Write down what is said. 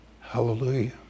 Hallelujah